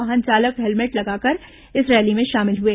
वाहन चालक हेलमेट लगाकर इस रैली में शामिल हुए